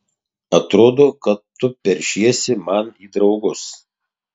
atrodo kad tu peršiesi man į draugus